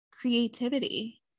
creativity